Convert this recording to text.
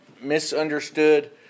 misunderstood